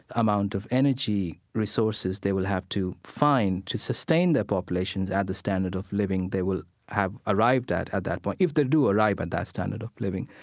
amount of energy resources they will have to find to sustain their populations at the standard of living they will have arrived at, at that point, if they do arrive at that standard of living.